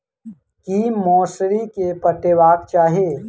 की मौसरी केँ पटेबाक चाहि?